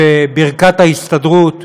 בברכת ההסתדרות,